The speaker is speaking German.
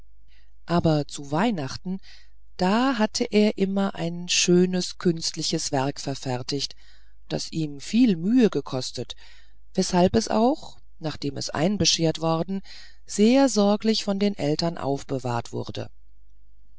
aber zu weihnachten da hatte er immer ein schönes künstliches werk verfertigt das ihm viel mühe gekostet weshalb es auch nachdem es einbeschert worden sehr sorglich von den eltern aufbewahrt wurde